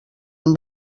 amb